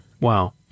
Wow